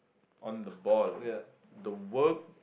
on the ball the work